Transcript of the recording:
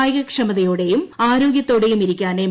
കായികക്ഷമതയോടെയും പൂ ആരോഗ്യത്തോടെയും ഇരിക്കാൻ എം